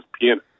piano